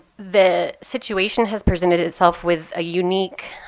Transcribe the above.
the situation has presented itself with a unique